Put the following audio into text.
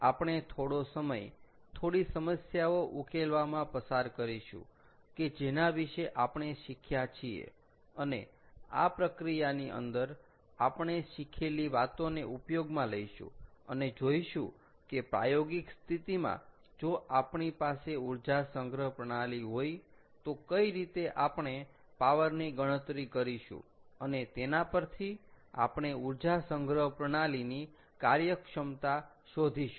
આપણે થોડો સમય થોડી સમસ્યાઓ ઉકેલવામાં પસાર કરીશું કે જેના વિશે આપણે શીખ્યા છીએ અને આ પ્રક્રિયાની અંદર આપણે શીખેલી વાતોને ઉપયોગમાં લઈશું અને જોઈશું કે પ્રાયોગિક સ્થિતિમાં જો આપણી પાસે ઊર્જા સંગ્રહ પ્રણાલી હોય તો કઈ રીતે આપણે પાવર ની ગણતરી કરીશું અને તેના પરથી આપણે ઊર્જા સંગ્રહ પ્રણાલીની કાર્યક્ષમતા શોધીશું